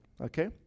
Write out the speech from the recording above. Okay